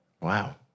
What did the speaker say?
wow